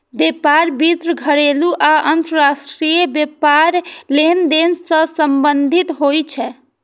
व्यापार वित्त घरेलू आ अंतरराष्ट्रीय व्यापार लेनदेन सं संबंधित होइ छै